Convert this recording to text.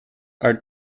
are